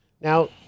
Now